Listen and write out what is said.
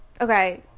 okay